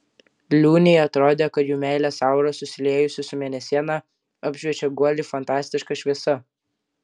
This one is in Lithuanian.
liūnei atrodė kad jų meilės aura susiliejusi su mėnesiena apšviečia guolį fantastiška šviesa